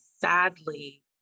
sadly